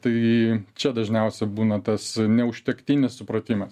tai čia dažniausia būna tas neužtektinis supratimas